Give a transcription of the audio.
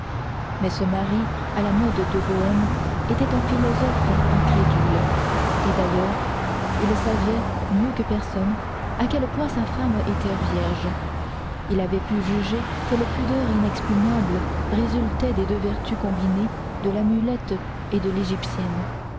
mais ce mari à la mode de bohême était un philosophe incrédule et d'ailleurs il savait mieux que personne à quel point sa femme était vierge il avait pu juger quelle pudeur inexpugnable résultait des deux vertus combinées de l'amulette et de l'égyptienne